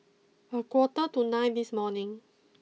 a quarter to nine this morning